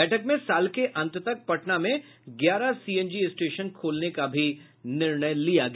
बैठक में साल के अंत तक पटना में ग्यारह सीएनजी स्टेशन खोलने का भी निर्णय लिया गया